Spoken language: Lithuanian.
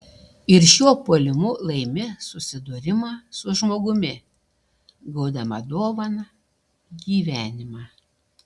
ir šiuo puolimu laimi susidūrimą su žmogumi gaudama dovaną gyvenimą